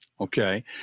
Okay